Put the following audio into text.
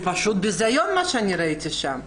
זה פשוט ביזיון מה שקורה שם.